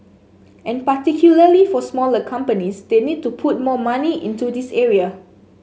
and particularly for smaller companies they need to put more money into this area